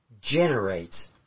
generates